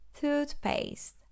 Toothpaste